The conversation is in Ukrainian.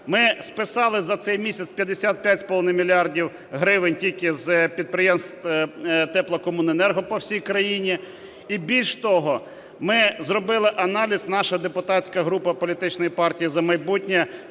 Ми списали за цей місяць 55,5 мільярда гривень тільки з підприємств теплокомуненерго по всій країні. І більше того, ми зробили аналіз, наша депутатська група політичної партії "За майбутнє",